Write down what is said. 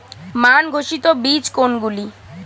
মান ঘোষিত বীজ কোনগুলি?